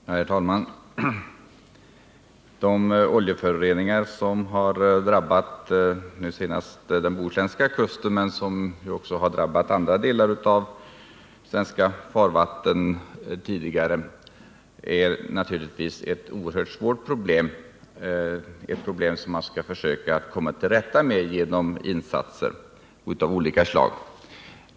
Herr talman! Oljeföroreningar som drabbar svenska farvatten — senast drabbades den bohuslänska kusten — är naturligtvis ett oerhört svårt problem, ett problem som vi genom insatser av olika slag skall försöka komma till rätta med.